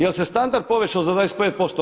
Jel se standard povećao za 25%